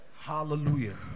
hallelujah